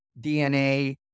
DNA